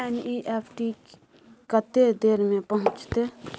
NEFT कत्ते देर में पहुंचतै?